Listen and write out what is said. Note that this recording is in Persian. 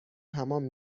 تمام